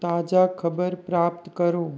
ताज़ा खबर प्राप्त करो